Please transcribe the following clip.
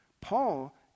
Paul